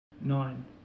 nine